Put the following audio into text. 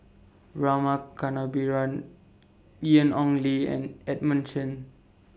Rama Kannabiran Ian Ong Li and Edmund Chen